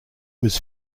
was